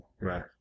Right